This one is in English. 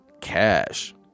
cash